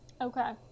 Okay